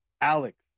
Alex